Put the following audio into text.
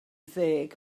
ddeg